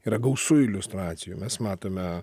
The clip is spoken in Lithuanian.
yra gausu iliustracijų mes matome